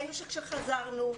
וראינו שכאשר חזרנו,